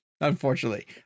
unfortunately